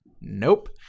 Nope